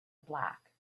black